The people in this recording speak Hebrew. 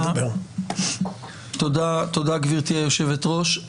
תודה, גברתי היושבת-ראש.